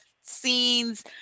scenes